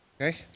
Okay